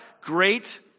Great